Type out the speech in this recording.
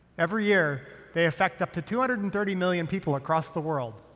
every year, they affect up to two hundred and thirty million people across the world,